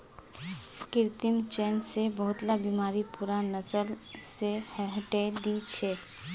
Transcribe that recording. कृत्रिम चयन स बहुतला बीमारि पूरा नस्ल स हटई दी छेक